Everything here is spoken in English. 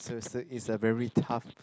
ya so it's is a very tough